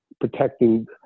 protecting